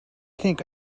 think